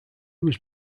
was